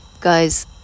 Guys